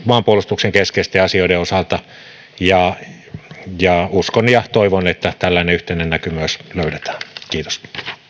maanpuolustuksen keskeisten asioiden osalta ja ja uskon ja toivon että tällainen yhteinen näky myös löydetään kiitos